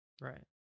right